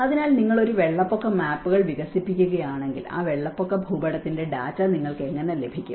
അതിനാൽ നിങ്ങൾ ഒരു വെള്ളപ്പൊക്ക മാപ്പുകൾ വികസിപ്പിക്കുകയാണെങ്കിൽ ആ വെള്ളപ്പൊക്ക ഭൂപടത്തിന്റെ ഡാറ്റ നിങ്ങൾക്ക് എങ്ങനെ ലഭിക്കും